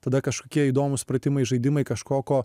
tada kažkokie įdomūs pratimai žaidimai kažko ko